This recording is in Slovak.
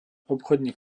obchodník